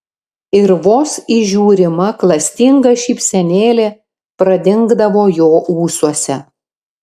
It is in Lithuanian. ir vos įžiūrima klastinga šypsenėlė pradingdavo jo ūsuose